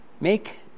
make